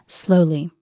slowly